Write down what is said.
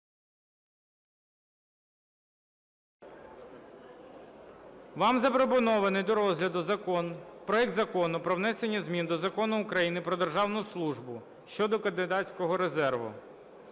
Вам запропонований до розгляду проект Закону про внесення змін до Закону України "Про державну службу" щодо кандидатського резерву